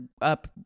up